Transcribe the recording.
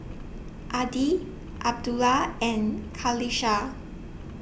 Adi Abdullah and Qalisha